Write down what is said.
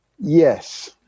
Yes